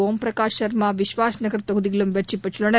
ஒம்பிரகாஷ் சர்மா விஸ்வாஸ் நகர் தொகுதியிலும் வெற்றி பெற்றுள்ளனர்